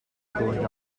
going